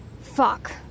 Fuck